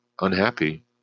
unhappy